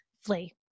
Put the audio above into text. flee